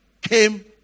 came